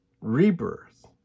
rebirth